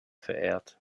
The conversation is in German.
verehrt